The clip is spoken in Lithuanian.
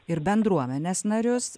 ir bendruomenės narius